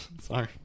Sorry